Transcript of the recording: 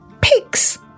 pigs